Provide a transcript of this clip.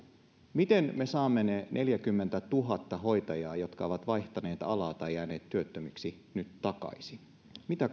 miten me saamme ne neljäkymmentätuhatta hoitajaa jotka ovat vaihtaneet alaa tai jääneet työttömiksi nyt takaisin mitä